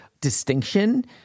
distinction